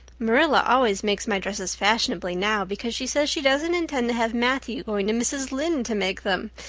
marilla always makes my dresses fashionably now, because she says she doesn't intend to have matthew going to mrs. lynde to make them.